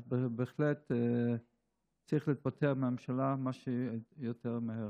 אז בהחלט צריך להתפטר מהממשלה מה שיותר מהר.